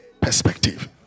perspective